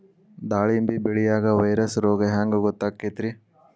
ದಾಳಿಂಬಿ ಬೆಳಿಯಾಗ ವೈರಸ್ ರೋಗ ಹ್ಯಾಂಗ ಗೊತ್ತಾಕ್ಕತ್ರೇ?